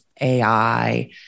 AI